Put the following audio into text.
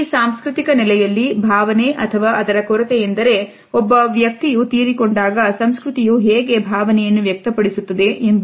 ಈ ಸಾಂಸ್ಕೃತಿಕ ನೆಲೆಯಲ್ಲಿ ಭಾವನೆ ಅಥವಾ ಅದರ ಕೊರತೆಯೆಂದರೆ ಒಬ್ಬ ವ್ಯಕ್ತಿಯು ತೀರಿಕೊಂಡಾಗ ಸಂಸ್ಕೃತಿಯು ಹೇಗೆ ಭಾವನೆಯನ್ನು ವ್ಯಕ್ತ ಪಡಿಸುತ್ತದೆ ಎಂಬುದು